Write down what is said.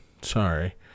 sorry